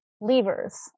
levers